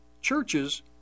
churches